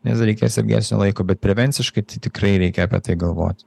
nes reikės ilgesnio laiko bet prevenciškai tai tikrai reikia apie tai galvoti